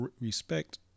respect